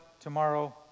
tomorrow